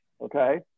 Okay